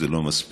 זה לא מספיק,